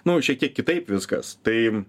nu šiek tiek kitaip viskas tai